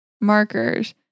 Markers